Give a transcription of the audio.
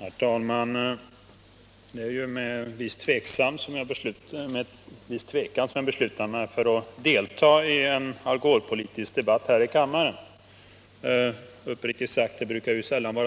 Herr talman! Det är med en viss tvekan som jag beslutat mig för att delta i en alkoholpolitisk debatt här i kammaren. Uppriktigt sagt brukar dessa debatter